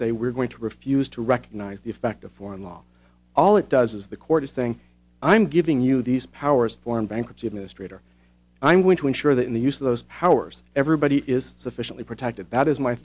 say we're going to refuse to recognize the effect of foreign law all it does is the court is saying i'm giving you these powers form bankruptcy administrator i'm going to ensure that in the use of those powers everybody is sufficiently protected that is my